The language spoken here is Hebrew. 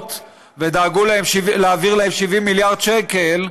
עולמות ודאגו להעביר להם 70 מיליארד שקל,